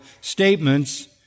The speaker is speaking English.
statements